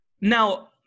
now